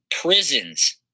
Prisons